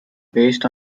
based